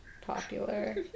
popular